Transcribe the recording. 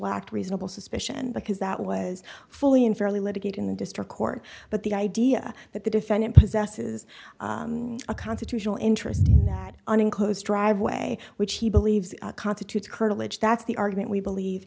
lacked reasonable suspicion because that was fully and fairly litigate in the district court but the idea that the defendant possesses a constitutional interest in that an enclosed driveway which he believes constitutes curtilage that's the argument we believe